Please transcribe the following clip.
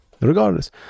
regardless